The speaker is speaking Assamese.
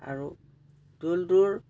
আৰু দৌলটোৰ